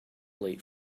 late